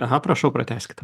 aha prašau pratęskite